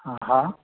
हा हा